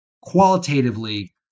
qualitatively